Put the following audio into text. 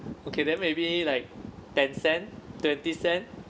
okay then maybe like ten cent twenty cent